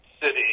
city